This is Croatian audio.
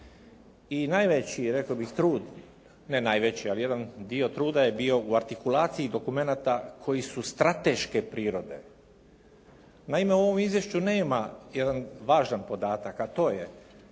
I najveći rekao bih trud, ne najveći ali jedan dio truda je bio u artikulaciji dokumenata koji su strateške prirode. Naime, u ovom izvješću nema jedan važan podatak a to je